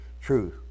truth